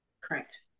Correct